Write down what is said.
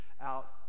out